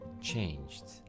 changed